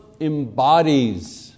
embodies